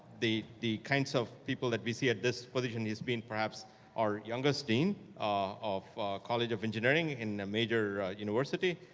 the the kinds of people that we see at this position, has been perhaps our youngest dean of a college of engineering in a major university.